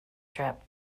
trap